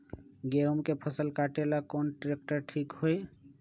गेहूं के फसल कटेला कौन ट्रैक्टर ठीक होई?